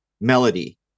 melody